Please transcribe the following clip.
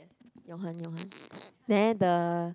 Yong-Han Yong-Han the